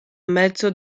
mezzo